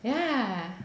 yeah